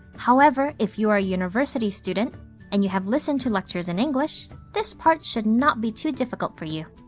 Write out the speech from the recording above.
however, if you are a university student and you have listened to lectures in english, this part should not be too difficult for you.